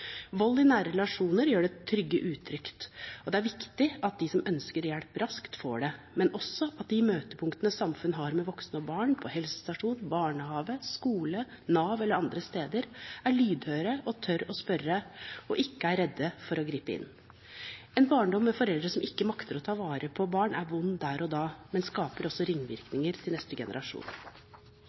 Vold i nære relasjoner gjør det trygge utrygt, og det er viktig at de som ønsker hjelp, raskt får det, men også at man på de møtepunktene samfunnet har med voksne og barn, på helsestasjoner, i barnehager, på skoler, hos Nav eller andre steder, er lydhøre, tør å spørre og ikke er redde for å gripe inn. En barndom med foreldre som ikke makter å ta vare på barn, er vond der og da, men skaper også ringvirkninger til neste generasjon.